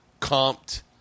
comped